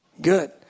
Good